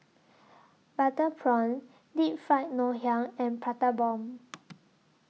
Butter Prawn Deep Fried Ngoh Hiang and Prata Bomb